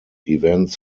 events